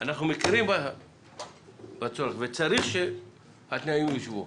אנחנו מכירים בצורך, וצריך שהתנאים יושוו,